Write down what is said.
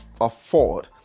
afford